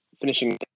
finishing